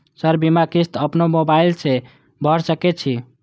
Sir बीमा किस्त अपनो मोबाईल से भर सके छी?